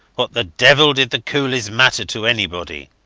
what the devil did the coolies matter to anybody?